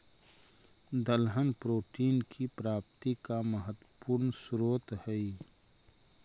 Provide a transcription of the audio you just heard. दलहन प्रोटीन की प्राप्ति का महत्वपूर्ण स्रोत हई